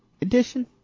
Edition